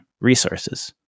resources